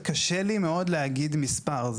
קשה לי מאוד להגיד מספר.